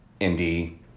indie